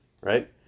right